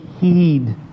heed